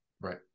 Right